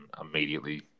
immediately